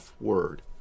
word